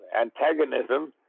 antagonism